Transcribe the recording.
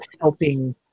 helping